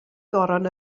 goron